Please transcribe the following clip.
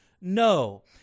no